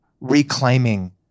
reclaiming